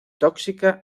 tóxica